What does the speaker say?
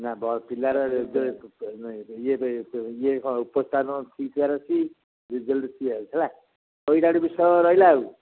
ନା ବ ପିଲାର ଏବେ ଇଏ ଇଏ କ'ଣ ଉପସ୍ଥାନ ଥିବାର ଅଛି ରେଜଲ୍ଟ ହେଲା ସେଇଟା ଏଠି ବିଷୟ ରହିଲା ଆଉ